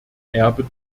erbe